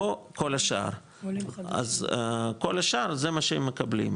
או כל השאר אז כל השאר זה מה השהם מקבלים,